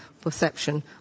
perception